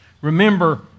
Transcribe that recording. Remember